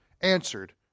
answered